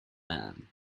man